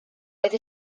oedd